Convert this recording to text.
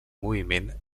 moviment